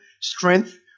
strength